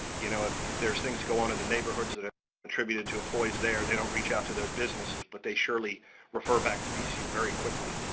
you know, if if there's things to go on in the neighborhoods that are attributed to employees there, they don't reach out to those businesses, but they surely refer back to vcu very quickly,